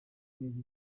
neza